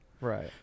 Right